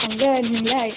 नांगौ नांनायालाय